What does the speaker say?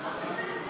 יואל.